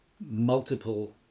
multiple